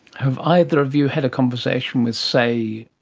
have either of you had a conversation with, say,